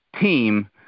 team